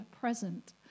present